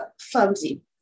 flimsy